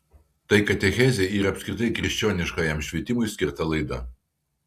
tai katechezei ir apskritai krikščioniškajam švietimui skirta laida